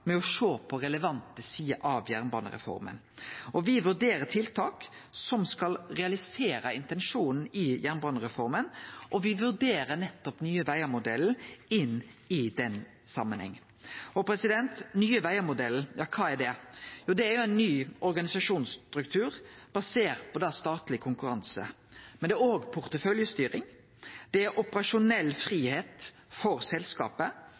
med å sjå på relevante sider av jernbanereforma. Me vurderer tiltak som skal realisere intensjonen i jernbanereforma, og me vurderer nettopp Nye Vegar-modellen inn i den samanhengen. Nye Vegar-modellen, kva er det? Jo, det er ein ny organisasjonsstruktur basert på statleg konkurranse. Men det er òg porteføljestyring, det er operasjonell fridom for selskapet.